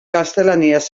gaztelaniaz